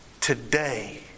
today